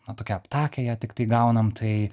na tokią aptakią ją tiktai gaunam tai